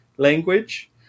language